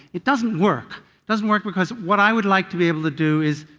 it doesn't work doesn't work because what i would like to be able to do is